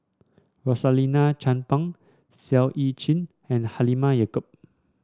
Rosaline Chan Pang Siow Lee Chin and Halimah Yacob